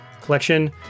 collection